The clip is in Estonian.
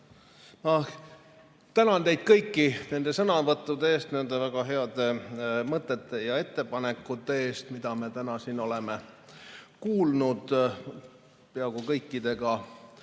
Ma tänan teid kõiki nende sõnavõttude eest! Nende väga heade mõtete ja ettepanekute eest, mida me täna siin oleme kuulnud. Olen peaaegu kõikidega